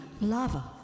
lava